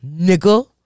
nigga